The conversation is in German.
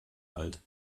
alt